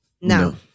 No